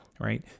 right